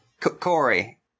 Corey